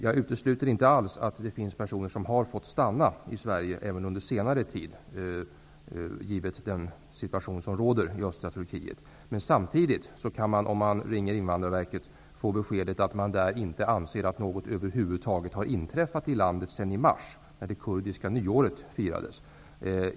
Jag utesluter inte alls att det finns personer, som kommer från östra Turkiet, som även under senare tid har fått stanna i Sverige. Om man talar med Invandrarverket kan man få beskedet att det anses att det över huvud taget inte har inträffat något i landet sedan i mars när det kurdiska nyåret firades.